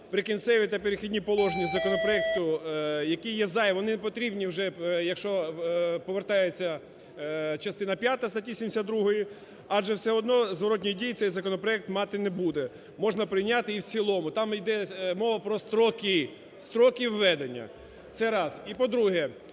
"Прикінцеві" та "Перехідні" положення законопроекту, які є зайві, вони не потрібні вже, якщо повертається частина п'ята статті 72, адже все одно зворотної дії цей законопроект мати не буде, можна прийняти і в цілому. Там йде мова про строки, строки введення – це раз. І, по-друге,